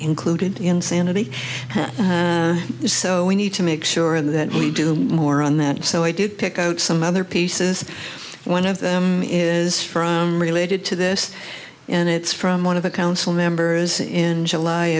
including insanity so we need to make sure that we do more on that so i did pick out some other pieces one of them is from related to this and it's from one of the council members in july